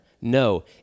No